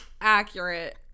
accurate